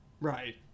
Right